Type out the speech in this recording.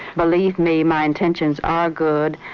believe me. my intentions are good.